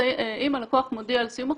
אם הלקוח מודיע על סיום החוזה,